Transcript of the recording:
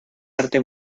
arte